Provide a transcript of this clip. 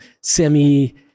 semi